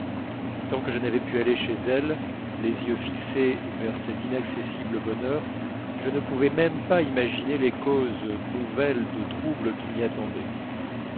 tant que je n'avais pu aller chez elle les yeux fixés vers cet inaccessible bonheur je ne pouvais même pas imaginer les causes nouvelles de trouble qui m'y attendaient